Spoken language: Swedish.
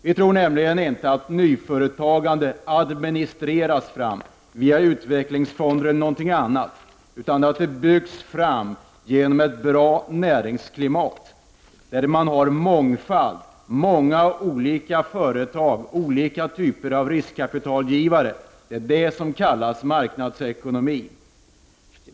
Vi tror nämligen inte att nyföretagande administreras fram via utvecklingsfonder eller någonting annat. Nyföretagandet måste byggas fram med hjälp av ett bra näringslivsklimat. Det måste finnas många olika företag och många olika typer av riskkapitalgivare. Det är det som kallas marknadsekonomi.